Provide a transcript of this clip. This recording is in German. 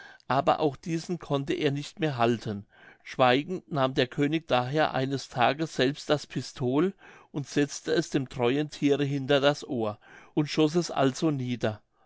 aber auch diesen konnte er nicht mehr halten schweigend nahm der könig daher eines tages selbst das pistol und setzte es dem treuen thiere hinter das ohr und schoß es also nieder